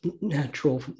natural